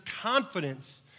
confidence